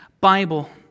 Bible